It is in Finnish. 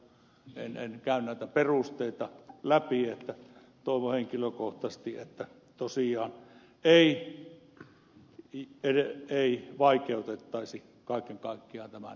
en käy näitä perusteita läpi mutta toivon henkilökohtaisesti että tosiaan ei vaikeutettaisi kaiken kaikkiaan tämän raaka aineen saantia